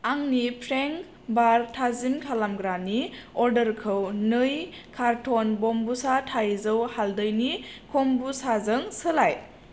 आंनि फ्रेंक बार थाजिम खालामग्रानि अर्डारखौ नै कार्टन बम्बुचा थाइजौ हालदैनि कमबुचाजों सोलाय